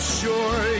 sure